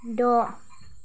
द'